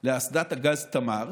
לאסדת הגז תמר,